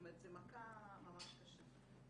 זו מכה ממש קשה.